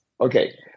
Okay